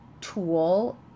tool